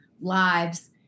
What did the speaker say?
lives